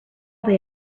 they